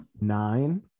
nine